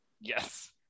Yes